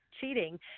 cheating